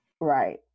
right